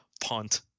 punt